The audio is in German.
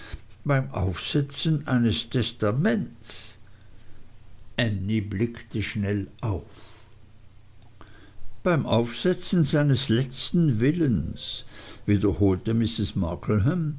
beim aufsetzen seines testamentes ännie blickte schnell auf beim aufsetzen seines letzten willens wiederholte mrs